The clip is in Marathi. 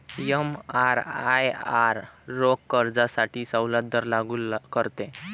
एमआरआयआर रोख कर्जासाठी सवलत दर लागू करते